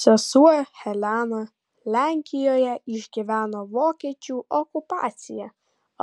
sesuo helena lenkijoje išgyveno vokiečių okupaciją